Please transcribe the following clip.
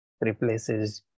replaces